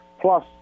plus